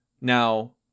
Now